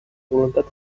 voluntat